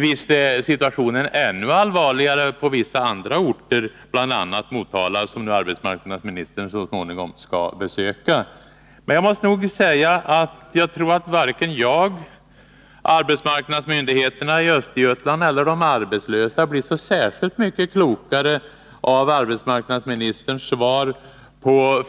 Visst är situationen ännu allvarligare på vissa andra orter, bl.a. i Motala, som arbetsmarknadsministern så småningom skall besöka. Jag tror att varken jag, arbetsmarknadsmyndigheterna i Östergötland eller de arbetslösa blir särskilt mycket klokare av arbetsmarknadsministerns svar på